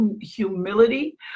humility